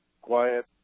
quiet